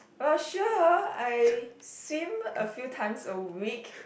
well sure I swim a few times a week